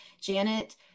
Janet